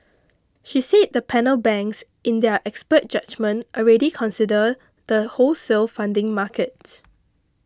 she said the panel banks in their expert judgement already consider the wholesale funding market